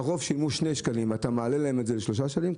כלומר שהרוב שילמו 2 שקלים ואתה מעלה להם ל-3 שקלים,